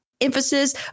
emphasis